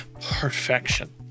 perfection